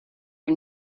are